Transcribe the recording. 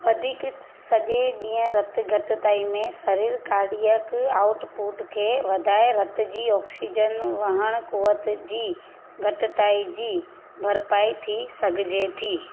वधीक सॼे ॾींहुं रतु घटिताई में सरीर कार्डियक आउटपुट खे वधाए रतु जी ऑक्सीजन वहण क़ुवत जी घटिताई जी भरपाई थी सघिजे थी